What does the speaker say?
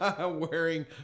Wearing